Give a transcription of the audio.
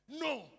no